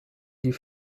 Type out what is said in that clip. die